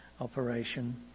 operation